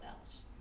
else